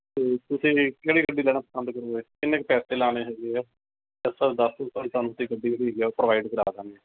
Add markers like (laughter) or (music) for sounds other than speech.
ਅਤੇ ਤੁਸੀਂ ਕਿਹੜੀ ਗੱਡੀ ਲੈਣਾ ਪਸੰਦ ਕਰੋਗੇ ਕਿੰਨੇ ਕੁ ਪੈਸੇ ਲਾਉਣੇ ਹੈਗੇ ਹੈ (unintelligible) ਪ੍ਰੋਵਾਈਡ ਕਰਾ ਦਿੰਦੇ